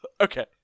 Okay